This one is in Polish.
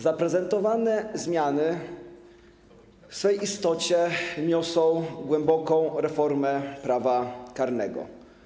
Zaprezentowane zmiany w swej istocie niosą głęboką reformę prawa karnego.